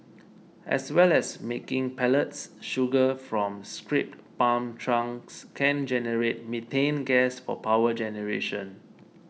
as well as making pellets sugar from scrapped palm trunks can generate methane gas for power generation